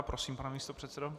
Prosím, pane místopředsedo.